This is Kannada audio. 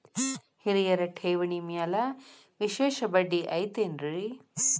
ಹಿರಿಯರ ಠೇವಣಿ ಮ್ಯಾಲೆ ವಿಶೇಷ ಬಡ್ಡಿ ಐತೇನ್ರಿ?